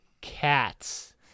Cats